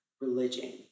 religion